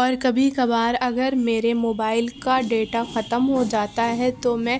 اور کبھی کبھار اگر میرے موبائل کا ڈیٹا ختم ہو جاتا ہے تو میں